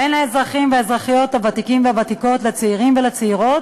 בין האזרחים והאזרחיות הוותיקים והוותיקות לצעירים ולצעירות,